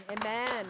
amen